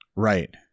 Right